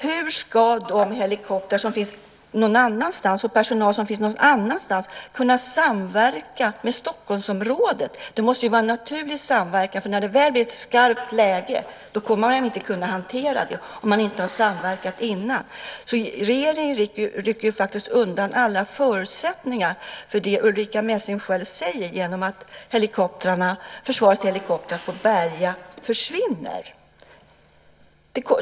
Hur ska helikoptrar och personal som finns någon annanstans kunna samverka med Stockholmsområdet? Det måste ju vara en naturlig samverkan, för när det väl blir ett skarpt läge kommer man inte att kunna hantera det om man inte har samverkat tidigare. Regeringen rycker ju faktiskt undan alla förutsättningar för det Ulrica Messing själv talar om genom att försvarets helikoptrar på Berga försvinner.